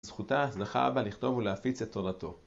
זכותה לך אבא לכתוב ולהפיץ את תורתו